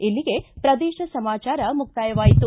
ಇಲ್ಲಿಗೆ ಪ್ರದೇಶ ಸಮಾಚಾರ ಮುಕ್ತಾಯವಾಯಿತು